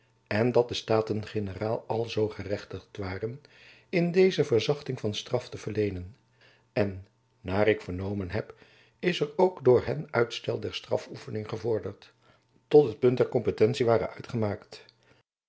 en dat de staten-generaal alzoo gerechtigd waren in dezen verzachting van straf te verleenen en naar ik vernomen heb is er ook door hen uitstel der strafoefening gevorderd tot het punt der kompetentie ware uitgemaakt